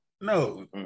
No